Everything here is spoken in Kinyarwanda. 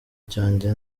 cyanjye